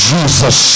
Jesus